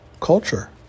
culture